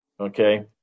Okay